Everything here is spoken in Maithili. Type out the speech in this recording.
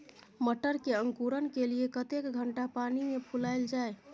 मटर के अंकुरण के लिए कतेक घंटा पानी मे फुलाईल जाय?